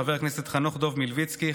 חבר הכנסת חנוך דב מלביצקי,